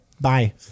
Bye